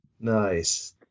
Nice